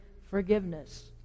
forgiveness